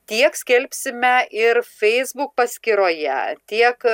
tiek skelbsime ir feisbuk paskyroje tiek